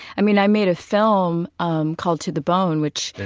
i mean, i made a film um called to the bone, which,